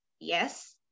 yes